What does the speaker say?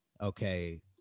okay